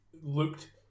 looked